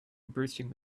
bursting